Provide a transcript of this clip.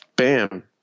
Bam